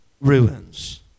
ruins